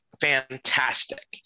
fantastic